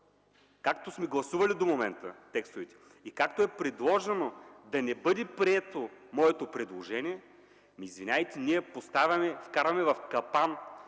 Както сме гласували до момента текстовете и както е предложено да не бъде прието моето предложение, извинявайте, ние вкарваме в капан